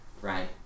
right